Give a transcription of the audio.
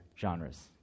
genres